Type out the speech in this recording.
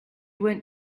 went